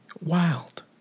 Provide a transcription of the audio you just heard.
Wild